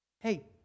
hey